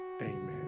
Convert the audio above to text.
Amen